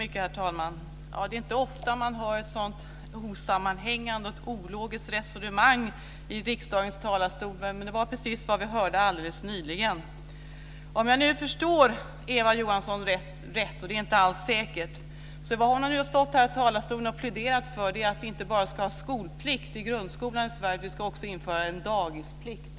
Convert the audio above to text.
Herr talman! Det är inte ofta man hör ett sådant osammanhängande och ologiskt resonemang i riksdagens talarstol. Men det var precis vad vi hörde alldeles nyss. Om jag nu förstår Eva Johansson rätt, och det är inte alls säkert, har hon här i talarstolen pläderat för att vi inte bara ska ha skolplikt i grundskolan i Sverige, vi ska också införa en dagisplikt.